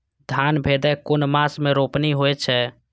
धान भदेय कुन मास में रोपनी होय छै?